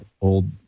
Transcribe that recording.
old